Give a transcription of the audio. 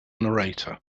narrator